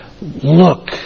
look